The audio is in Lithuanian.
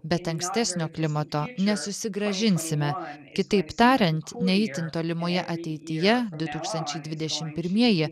bet ankstesnio klimato nesusigrąžinsime kitaip tariant ne itin tolimoje ateityje du tūkstančiai dvidešimt pirmieji